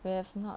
we have not